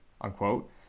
Unquote